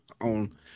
on